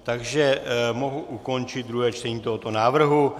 Takže mohu ukončit druhé čtení tohoto návrhu.